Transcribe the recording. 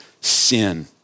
sin